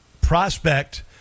prospect